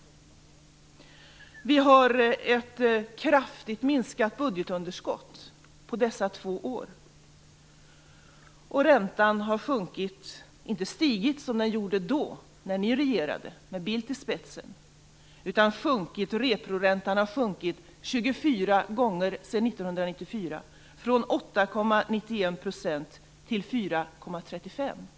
Vi har kraftigt minskat budgetunderskottet på dessa två år. Räntan har sjunkit, inte stigit, som den gjorde då när ni med Bildt i spetsen regerade. Reporäntan har sjunkit 24 gånger sedan 1994, från 8,91 % till 4,35 %.